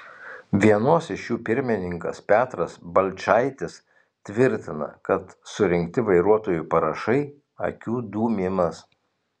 vienos iš jų pirmininkas petras balčaitis tvirtina kad surinkti vairuotojų parašai akių dūmimas